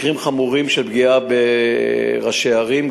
מקרים חמורים של פגיעה בראשי ערים,